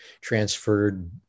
transferred